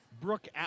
Brooke